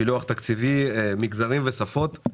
פילוח תקציבי, מגזרים ושפות.